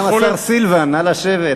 גם השר סילבן שלום, נא לשבת.